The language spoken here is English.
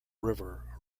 river